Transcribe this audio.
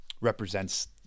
represents